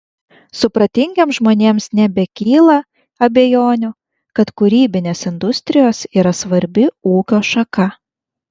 supratingiems žmonėms nebekyla abejonių kad kūrybinės industrijos yra svarbi ūkio šaka